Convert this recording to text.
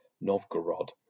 Novgorod